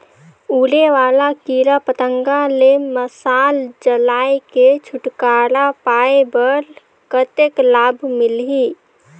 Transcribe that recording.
उड़े वाला कीरा पतंगा ले मशाल जलाय के छुटकारा पाय बर कतेक लाभ मिलही?